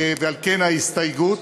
ועל כן באה ההסתייגות.